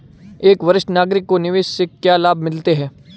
एक वरिष्ठ नागरिक को निवेश से क्या लाभ मिलते हैं?